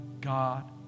God